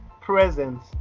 presence